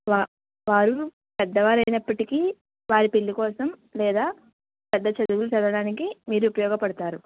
వా వారు పెద్దవారైనప్పటికీ వారి పెళ్ళి కోసం లేదా పెద్ద చదువులు చదవడానికి మీరు ఉపయోగపడతారు